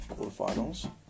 quarterfinals